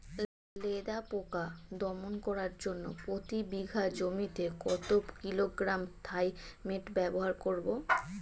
লেদা পোকা দমন করার জন্য প্রতি বিঘা জমিতে কত কিলোগ্রাম থাইমেট ব্যবহার করব?